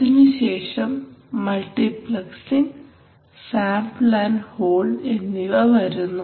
അതിനുശേഷം multiplexing sample and hold എന്നിവ വരുന്നു